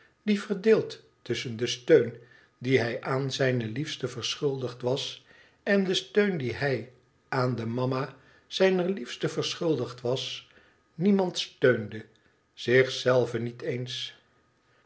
die verdeeld tusschen den steun die hij aan zijne liefste verschuldigd was en de steun dien hij aan de mama zijner liefste verschuldigd was niemand steunde zich zelven niet eens